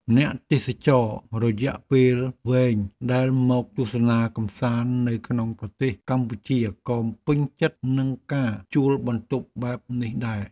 អ្នកទេសចររយៈពេលវែងដែលមកទស្សនាកម្សាន្តនៅក្នុងប្រទេសកម្ពុជាក៏ពេញចិត្តនឹងការជួលបន្ទប់បែបនេះដែរ។